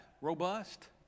robust